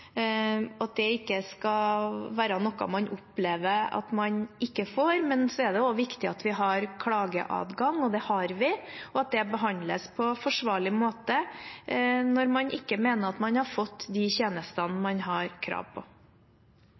at det ikke skal være noe man opplever at man ikke får. Så er det også viktig at vi har klageadgang, og det har vi, og at det behandles på forsvarlig måte når man mener at man ikke har fått de tjenestene man har krav på.